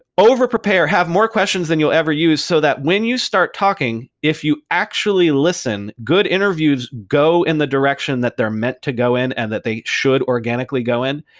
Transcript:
over-prepare. have more questions than you'll ever use, so that when you start talking, if you actually listen, good interviews go in the direction that they're meant to go in and that they should organically go in.